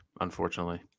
unfortunately